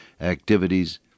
activities